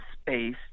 space